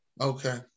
Okay